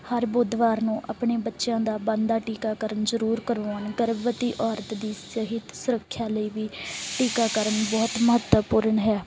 ਹਰ ਬੁੱਧਵਾਰ ਨੂੰ ਆਪਣੇ ਬੱਚਿਆਂ ਦਾ ਬਣਦਾ ਟੀਕਾਕਰਨ ਜ਼ਰੂਰ ਕਰਵਾਉਣ ਗਰਭਵਤੀ ਔਰਤ ਦੀ ਸਿਹਤ ਸੁਰੱਖਿਆ ਲਈ ਵੀ ਟੀਕਾਕਰਨ ਬਹੁਤ ਮਹੱਤਵਪੂਰਨ ਹੈ